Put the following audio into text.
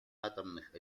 атомных